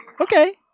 Okay